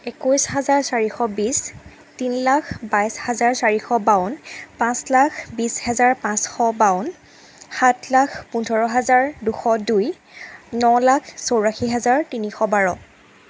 একৈছ হাজাৰ চাৰিশ বিছ তিনলাখ বাইছ হাজাৰ চাৰিশ বাৱন পাঁচ লাখ বিছ হেজাৰ পাঁচশ বাৱন সাত লাখ পোন্ধৰ হাজাৰ দুশ দুই ন লাখ চৌৰাশী হাজাৰ তিনিশ বাৰ